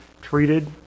treated